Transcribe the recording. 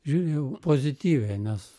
žiūrėjau pozityviai nes